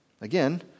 Again